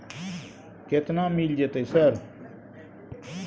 केतना मिल जेतै सर?